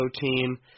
team